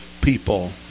people